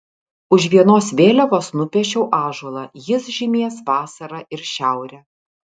už vienos vėliavos nupiešiau ąžuolą jis žymės vasarą ir šiaurę